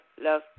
love